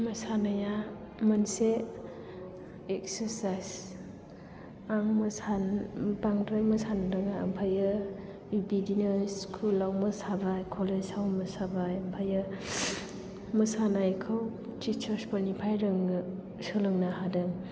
मोसानाया मोनसे एक्सारसाय्स आं मोसानो बांद्राय रोङा आमफायो बिदिनो स्कुलाव मोसाबाय कलेजाव मोसाबाय आमफायो मोसानायखौ टिचोर्चफोरनिफ्राय रोंनो सोलोंनो हादों